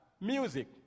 music